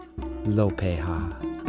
Lopeha